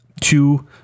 two